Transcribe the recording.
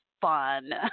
fun